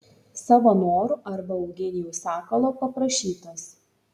savo noru arba eugenijaus sakalo paprašytas